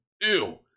ew